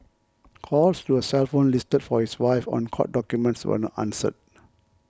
calls to a cell phone listed for his wife on court documents were not answered